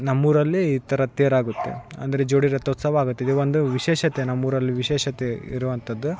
ನಮ್ಮೂರಲ್ಲಿ ಈ ಥರ ತೇರಾಗುತ್ತೆ ಅಂದರೆ ಜೋಡಿ ರಥೋತ್ಸವ ಆಗುತ್ತೆ ಇದು ಒಂದು ವಿಶೇಷತೆ ನಮ್ಮೂರಲ್ಲಿ ವಿಶೇಷತೆ ಇರುವಂಥದ್